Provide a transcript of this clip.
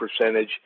percentage